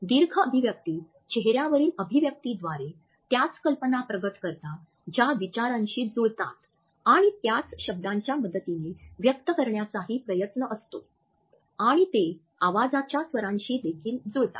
दीर्घ अभिव्यक्ती चेहऱ्यावरील अभिव्यक्तीद्वारे त्याच कल्पना प्रकट करतात ज्या विचारांशी जुळतात आणि त्याच शब्दांच्या मदतीने व्यक्त करण्याचाही प्रयत्न असतो आणि ते आवाजाच्या स्वरांशी देखील जुळतात